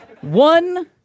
One